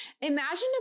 Imagine